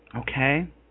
Okay